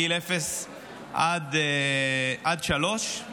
גיל אפס עד שלוש,